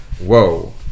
Whoa